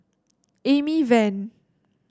Amy Van